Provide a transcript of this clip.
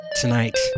tonight